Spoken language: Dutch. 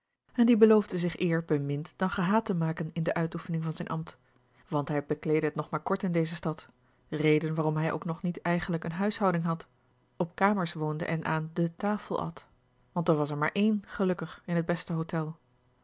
en die beloofde zich eer bemind dan gehaat te maken in de uitoefening van zijn ambt want hij bekleedde het nog maar kort in deze stad reden waarom hij ook nog niet eigenlijk eene huishouding had op kamers woonde en aan de tafel at want er was er maar één gelukkig in het beste botel